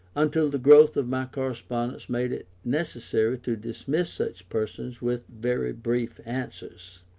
until the growth of my correspondence made it necessary to dismiss such persons with very brief answers.